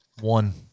One